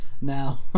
Now